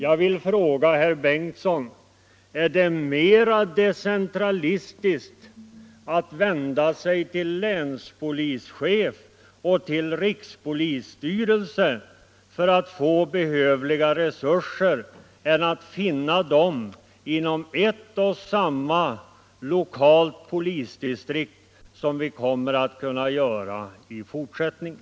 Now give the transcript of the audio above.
Jag vill fråga herr Bengtsson: Är det mera decentralistiskt att vända sig till länspolischef och till rikspolisstyrelse för att få de behövliga resurserna än att finna dem inom ett och samma lokala polisdistrikt, som vi kommer att kunna göra i fortsättningen?